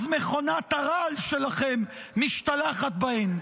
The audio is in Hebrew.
אז מכונת הרעל שלכם משתלחת בהן.